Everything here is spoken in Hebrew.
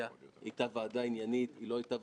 ברמה האישית אני מקווה שנחזור לראות אותך בבית הזה מתישהו